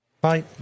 Bye